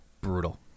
brutal